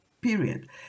Period